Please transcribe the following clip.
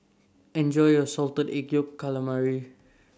Enjoy your Salted Egg Yolk Calamari